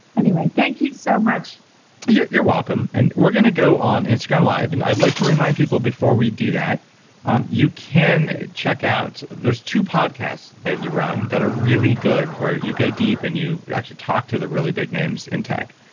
anyway, thank you so much you're you're welcome. and we're going to go on instagram live, and i'd like to remind people before we do that um you can check out. there's two podcasts that you run that are really good, where you go deep and you you actually talk to the really big names in tech.